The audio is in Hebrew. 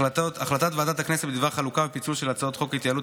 החלטת ועדת הכנסת בדבר חלוקה ופיצול של הצעת חוק ההתייעלות